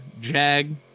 JAG